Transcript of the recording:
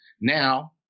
now